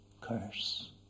curse